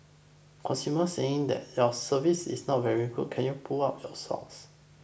consumers are saying that your service is not very good can you pull up your socks